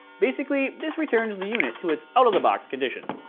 basically, this returns the unit to its out of the box condition.